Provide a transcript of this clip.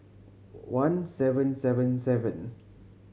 one seven seven seven